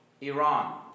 Iran